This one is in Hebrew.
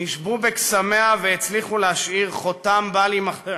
נשבו בקסמיה והצליחו להשאיר חותם בל יימחה